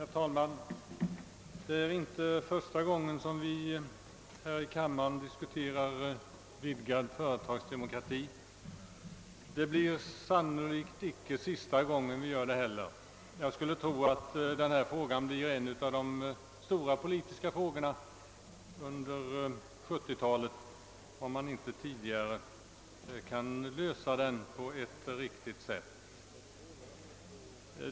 Herr talman! Det är inte första gången vi här i kammaren diskuterar vidgad företagsdemokrati, och det blir sannolikt icke heller sista gången. Jag skulle tro att detta problem blir en av de stora politiska frågorna under 1970-talet, om man inte tidigare kan lösa det på ett riktigt sätt.